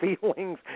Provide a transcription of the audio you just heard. feelings